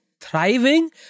Thriving